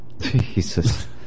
Jesus